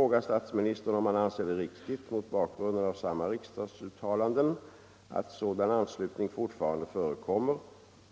Herr Enlund har frågat statsministern om han anser det riktigt — mot bakgrund av samma riksdagsuttalanden —att sådan anslutning fortfarande förekommer